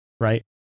Right